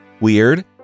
Weird